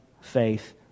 faith